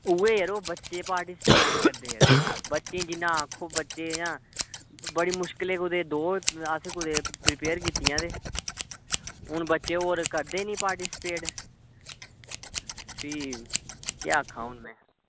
उ'ऐ यरो बच्चे पार्टिस्पेट निं करदे यरो बच्चे ई जिन्ना आक्खो बच्चे इ'यां बड़ी मुश्कलें कन्नै असें दो कुतै आइटमां प्रपेअर कीतियां हून बच्चे होर करदे निं पार्टिस्पेट फ्ही केह् आक्खा हून में